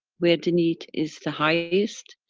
where the need is the highest,